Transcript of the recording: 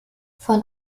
von